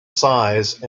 size